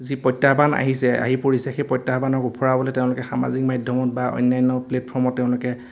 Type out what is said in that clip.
যি প্ৰত্যাহ্বান আহিছে আহি পৰিছে সেই প্ৰত্যাহ্বানক উফৰাবলৈ তেওঁলোকে সামাজিক মাধ্যমত বা অন্যান্য প্লেটফৰ্মত তেওঁলোকে